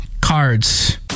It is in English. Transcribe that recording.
cards